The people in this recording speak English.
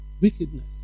Wickedness